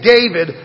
David